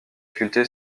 sculpté